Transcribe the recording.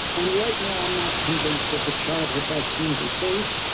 and right now, i'm not convinced that the childhood vaccines are safe.